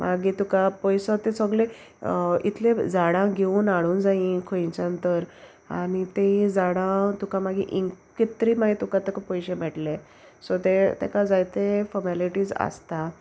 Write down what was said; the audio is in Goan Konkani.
मागीर तुका पयसो ते सोगले इतलें झाडां घेवन हाडूंक जायी खुंयच्यान तर आनी तीं झाडां तुका मागीर इंकित्री मागीर तुका तेका पयशे मेळटलें सो ते तेका जायते फोर्मेलिटीज आसता